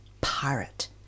pirate